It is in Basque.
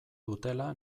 dutela